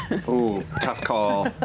ooh, tough call.